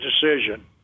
decision